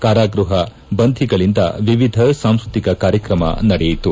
ಕಾರಾಗೃಹ ಬಂಧಿಗಳಿಂದ ವಿವಿಧ ಸಾಂಸ್ಕೃತಿ ಕಾರ್ಯಕ್ರಮ ನಡೆಯಿತು